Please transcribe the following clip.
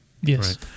Yes